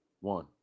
One